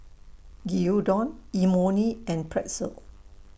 Gyudon Imoni and Pretzel